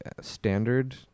standard